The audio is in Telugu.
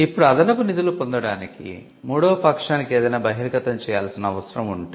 ఇప్పుడు అదనపు నిధులు పొందడానికి మూడవ పక్షానికి ఏదైనా బహిర్గతం చేయాల్సిన అవసరం ఉంటే